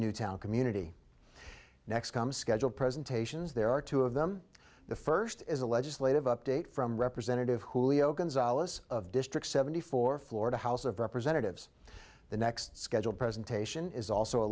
newtown community next come scheduled presentations there are two of them the first is a legislative update from representative julio gonzales of district seventy four florida house of representatives the next scheduled presentation is also a